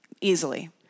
easily